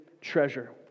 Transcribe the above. treasure